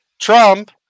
Trump